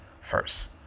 first